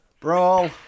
Brawl